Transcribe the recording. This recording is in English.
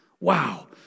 Wow